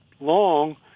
long